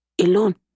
alone